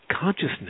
consciousness